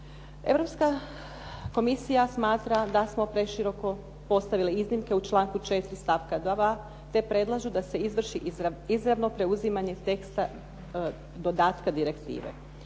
Europska komisija smatra da smo preširoko postavili iznimke u članku 4. stavka 2. te predlažu da se izvrši izravno preuzimanje teksta dodatka direktive.